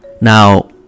Now